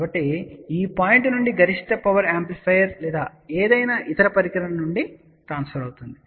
కాబట్టి ఈ పాయింట్ నుండి గరిష్ట పవర్ యాంప్లిఫైయర్ లేదా ఏదైనా ఇతర పరికరం నుండి ట్రాన్స్ఫర్ అవుతుంది